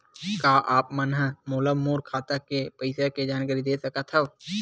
का आप मन ह मोला मोर खाता के पईसा के जानकारी दे सकथव?